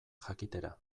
jakitera